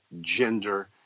gender